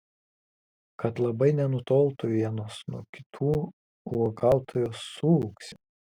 kad labai nenutoltų vienos nuo kitų uogautojos suūksi